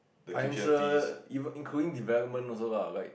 financial even including development also lah like